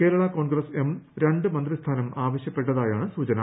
Kerala Congress M രണ്ട് മന്ത്രിസ്ഥാനം ആവശ്യപ്പെട്ടതായാണ് സൂചന